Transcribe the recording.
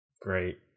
Great